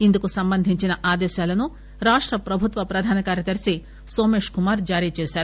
ఇందుకు సంబంధించిన ఆదేశాలను రాష్టప్రభుత్వ ప్రధానకార్యదర్తి నోమేశ్కుమార్ జారీచేశారు